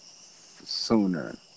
sooner